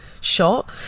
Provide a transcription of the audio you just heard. shot